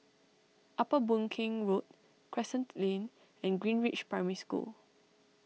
Upper Boon Keng Road Crescent Lane and Greenridge Primary School